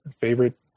favorite